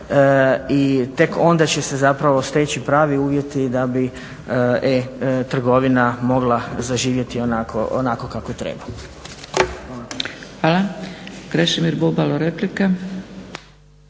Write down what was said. i tek onda će se zapravo steći pravi uvjeti da bi e-trgovina mogla zaživjeti onako kako treba. **Zgrebec, Dragica